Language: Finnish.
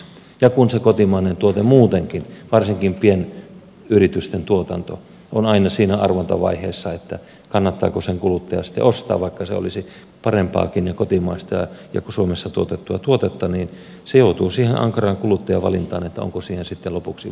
ja kun se kotimainen tuote muutenkin varsinkin pienyritysten tuotanto on aina siinä arvontavaiheessa että kannattaako kuluttajan sitten ostaa vaikka se olisi parempaakin ja kotimaista ja suomessa tuotettua tuotetta se joutuu siihen ankaraan kuluttajavalintaan että onko siihen sitten lopuksi varaa